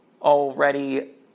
already